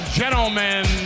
gentlemen